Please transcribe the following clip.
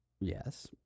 Yes